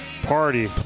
party